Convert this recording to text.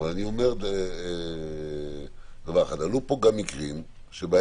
אבל אני אומר דבר אחד: עלו פה גם מקרים שבהם